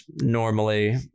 normally